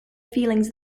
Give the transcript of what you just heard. feelings